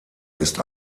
ist